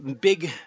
big